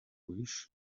wish